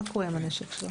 מה קורה עם הנשק שלו?